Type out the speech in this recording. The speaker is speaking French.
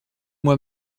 moi